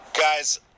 Guys